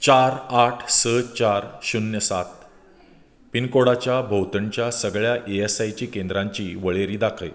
चार आठ स चार शुन्य सात पिनकोडाच्या भोंवतणच्या सगळ्या ई एस आय सी केंद्रांची वळेरी दाखय